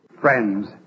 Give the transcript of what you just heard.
Friends